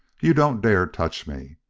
you don't dare touch me.